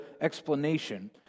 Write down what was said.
explanation